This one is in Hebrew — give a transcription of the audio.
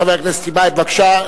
חבר הכנסת טיבייב, בבקשה,